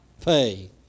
pay